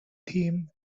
theme